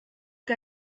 que